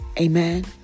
Amen